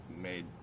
made